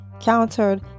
countered